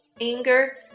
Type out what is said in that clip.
anger